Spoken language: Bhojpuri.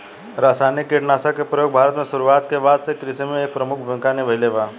रासायनिक कीटनाशक के प्रयोग भारत में शुरुआत के बाद से कृषि में एक प्रमुख भूमिका निभाइले बा